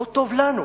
לא טוב לנו,